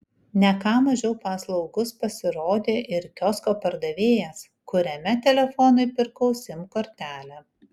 ne ką mažiau paslaugus pasirodė ir kiosko pardavėjas kuriame telefonui pirkau sim kortelę